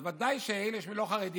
אז ודאי שהלא-חרדים